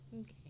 Okay